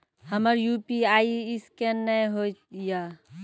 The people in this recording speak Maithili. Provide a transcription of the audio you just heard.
हमर यु.पी.आई ईसकेन नेय हो या?